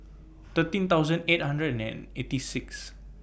thirteen thousand eight hundred and eighty six